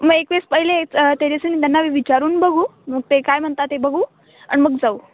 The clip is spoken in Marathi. मग एक वेळेस पहिलेच तेजस्विनी त्यांना विचारून बघू मग ते काय म्हणता ते बघू आणि मग जाऊ